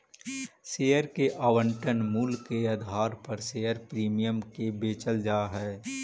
share के आवंटन मूल्य के आधार पर शेयर प्रीमियम के बेचल जा हई